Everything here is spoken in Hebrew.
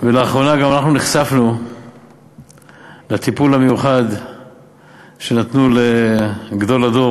לאחרונה גם אנחנו נחשפנו לטיפול המיוחד שנתנו לגדול הדור,